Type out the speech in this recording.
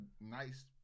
nice